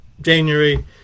January